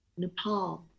Nepal